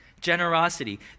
Generosity